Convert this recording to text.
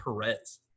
Perez